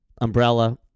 umbrella